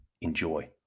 enjoy